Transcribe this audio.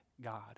God